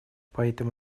поэтому